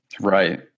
right